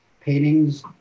paintings